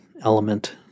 element